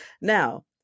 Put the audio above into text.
Now